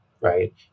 right